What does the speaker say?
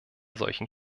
solchen